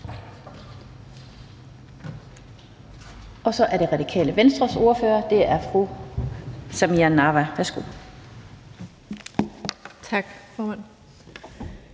af. Så er det Radikale Venstres ordfører, og det er fru Samira Nawa. Værsgo. Kl.